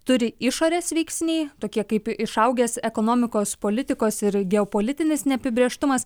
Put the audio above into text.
turi išorės veiksniai tokie kaip išaugęs ekonomikos politikos ir geopolitinis neapibrėžtumas